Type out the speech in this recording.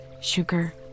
sugar